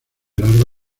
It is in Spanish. largo